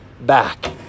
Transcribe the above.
back